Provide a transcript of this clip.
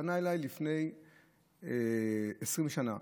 פנה אליי לפני 20 שנה